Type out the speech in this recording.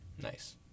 Nice